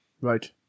Right